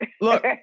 Look